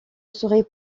serait